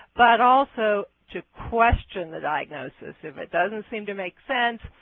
but also to question the diagnosis, if it doesn't seem to make sense,